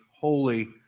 holy